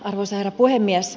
arvoisa herra puhemies